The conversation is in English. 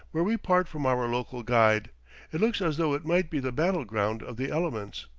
where we part from our local guide it looks as though it might be the battleground of the elements.